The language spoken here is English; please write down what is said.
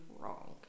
wrong